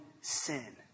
sin